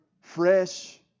fresh